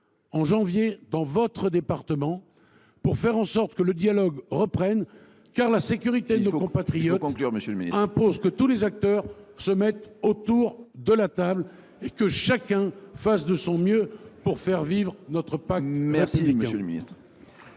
prochain dans votre département, afin que le dialogue reprenne, car la sécurité de nos compatriotes impose que tous les acteurs se mettent autour de la table et que chacun fasse de son mieux pour que vive notre pacte républicain.